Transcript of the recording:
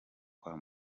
kwa